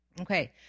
Okay